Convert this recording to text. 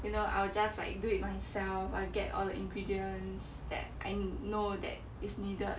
you know I will just like do it myself I get all the ingredients that I know that is needed